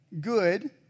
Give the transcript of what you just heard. good